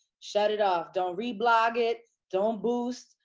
shut it off, don't reblogging, don't boost.